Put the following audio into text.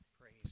Praise